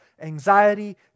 anxiety